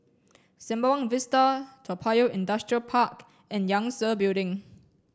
Sembawang Vista Toa Payoh Industrial Park and Yangtze Building